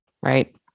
right